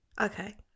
okay